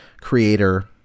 creator